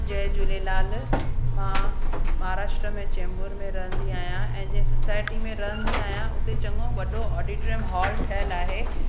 जय झूलेलाल मां महाराष्ट्र में चैंबुर में रहंदी आहियां ऐं जे सुसाइटी में रहंदी आहियां हुते चङो वॾो ऑडिटीरम हॉल ठहियलु आहे